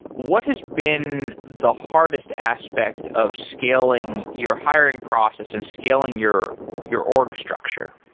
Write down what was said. what has been the hardest aspect of scaling your hiring process and scaling your your org structure?